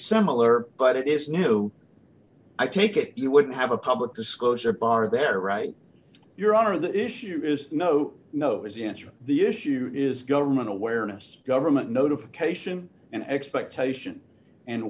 similar but it is new i take it you wouldn't have a public disclosure bar there right your honor the issue is no no is the answer the issue is government awareness government notification and expectation and